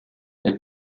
elle